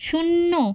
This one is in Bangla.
শূন্য